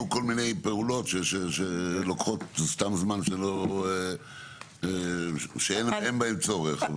נעשו כל מיני פעולות שלוקחות זמן ואין בהן צורך.